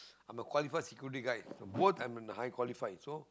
I'm a qualified security guard so both I'm in the high qualified so